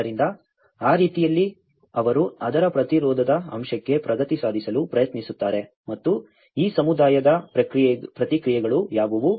ಆದ್ದರಿಂದ ಆ ರೀತಿಯಲ್ಲಿ ಅವರು ಅದರ ಪ್ರತಿರೋಧದ ಅಂಶಕ್ಕೆ ಪ್ರಗತಿ ಸಾಧಿಸಲು ಪ್ರಯತ್ನಿಸುತ್ತಾರೆ ಮತ್ತು ಈ ಸಮುದಾಯದ ಪ್ರತಿಕ್ರಿಯೆಗಳು ಯಾವುವು